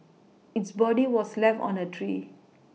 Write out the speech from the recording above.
its body was left on a tree